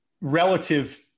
relative